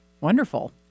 Wonderful